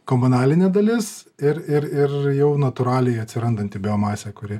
komunalinė dalis ir ir ir jau natūraliai atsirandanti biomasė kuri